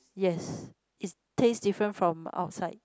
yes is taste different from outside